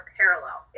parallel